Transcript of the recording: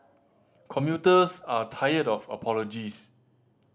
commuters are tired of apologies